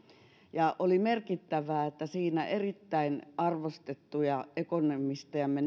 ja oli merkittävää että omassa paperissaan neljä kappaletta erittäin arvostettuja ekonomistejamme